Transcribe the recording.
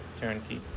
Turnkey